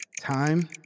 Time